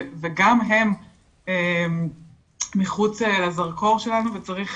גם הם מחוץ לזרקור שלנו, וצריך